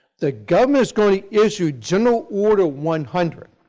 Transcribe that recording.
the government is going to issue general order one hundred,